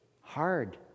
hard